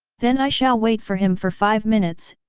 then i shall wait for him for five minutes,